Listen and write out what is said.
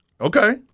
Okay